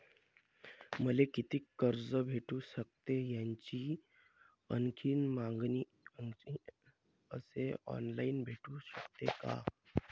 मले कितीक कर्ज भेटू सकते, याची आणखीन मायती मले ऑनलाईन भेटू सकते का?